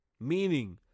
meaning